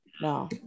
no